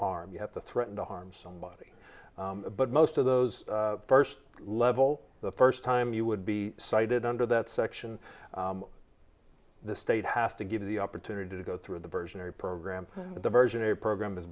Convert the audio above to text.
harm you have to threaten to harm somebody but most of those first level the first time you would be cited under that section the state has to give you the opportunity to go through the version reprogram the diversionary program